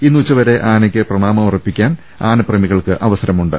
ഇന്ന് ഉച്ചവരെ ആനയ്ക്ക് പ്രണാമം അർപ്പിക്കാൻ ആനപ്രേമികൾക്ക് അവസരമുണ്ട്